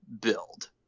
build